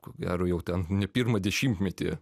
ko gero jau ten ne pirmą dešimtmetį